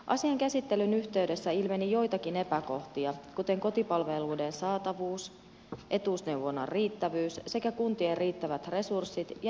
asian käsittelyn yhteydessä ilmeni joitakin epäkohtia kuten kotipalveluiden saatavuus etuusneuvonnan riittävyys sekä kuntien riittävät resurssit ja henkilöstön koulutus